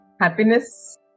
Happiness